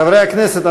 חברי הכנסת,